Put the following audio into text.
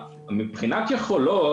מבחינת יכולות,